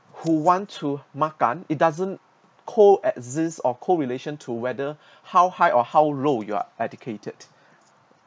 who want to makan it doesn't coexist or correlation to whether how high or how low you're educated